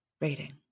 rating